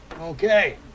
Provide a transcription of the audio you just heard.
okay